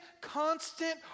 constant